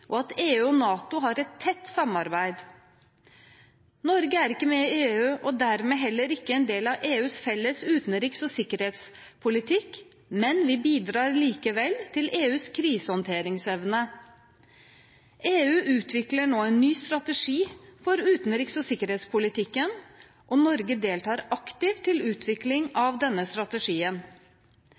og at EU og NATO har et tett samarbeid. Norge er ikke med i EU og dermed heller ikke en del av EUs felles utenriks- og sikkerhetspolitikk, men vi bidrar likevel til EUs krisehåndteringsevne. EU utvikler nå en ny strategi for utenriks- og sikkerhetspolitikken, og Norge deltar aktivt i utvikling av denne strategien.